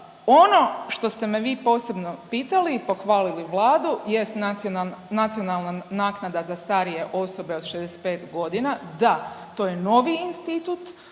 Ono što ste me vi posebno pitali i pohvalili Vladu jest nacionalna naknada za starije osobe od 65 godina. Da to je novi institut